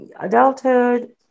adulthood